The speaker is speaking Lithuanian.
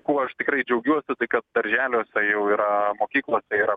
kuo aš tikrai džiaugiuosi tai kad darželiuose jau yra mokyklose yra